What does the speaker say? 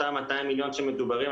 אותם 200 מיליון שמדוברים,